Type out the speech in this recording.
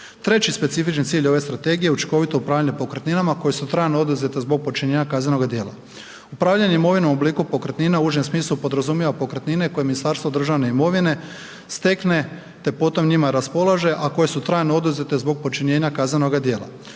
Treći specifični cilj ove strategije je učinkovito upravljanje pokretninama koje su trajno oduzete zbog počinjenja kaznenoga djela. Upravljanje imovinom u obliku pokretnina u užem smislu podrazumijeva pokretnine koje Ministarstvo državne imovine stekne te potom njima raspolaže a koje su trajno oduzete zbog počinjenja kaznenoga djela.